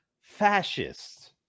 fascists